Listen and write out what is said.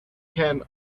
can